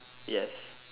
yes